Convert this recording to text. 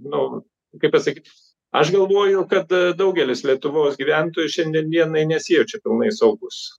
nu kaip pasakyt aš galvoju kad daugelis lietuvos gyventojų šiandien dienai nesijaučia pilnai saugūs